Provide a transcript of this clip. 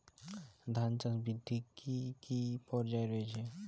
ধান চাষ বৃদ্ধির কী কী পর্যায় রয়েছে?